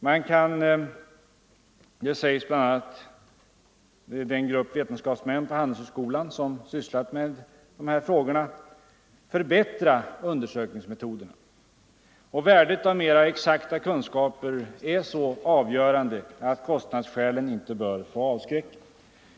Man kan — det säger bl.a. en grupp vetenskapsmän på handelshögskolan som sysslat med dessa frågor — förbättra undersökningsmetoderna. Och värdet av mera exakta kunskaper är så avgörande att kostnadskälen inte bör få avskräcka.